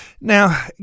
Now